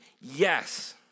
yes